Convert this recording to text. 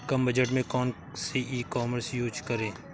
कम budget में कौन सी ई कॉमर्स यूज़ करें?